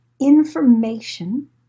information